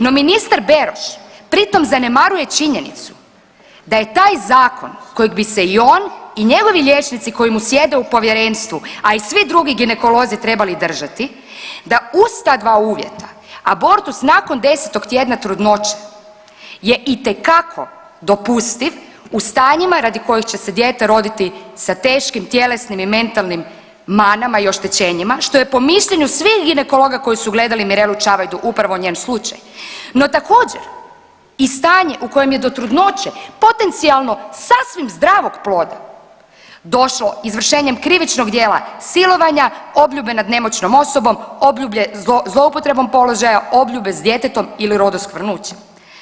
No, ministar Beroš pritom zanemaruje činjenicu da je taj Zakon kojeg bi se i on i njegovi liječnici koji mu sjede u Povjerenstvu, a i svi drugi ginekolozi trebali držati, da uz ta dva uvjeta, abortus nakon 10. tjedna trudnoće je itekako dopustiv u stanjima radi kojeg će se dijete roditi sa teškim tjelesnim i mentalnim manama i oštećenjima, što je po mišljenju svih ginekologa koji su gledali Mirelu Čavajdu upravo njen slučaj, no također, i stanje u kojem je do trudnoće potencijalno sasvim zdravog ploda došlo izvršenjem krivičnog djela silovanja, obljube nad nemoćnom osobom, obljube zloupotrebom položaja, obljube s djetetom ili rodoskvrnuće.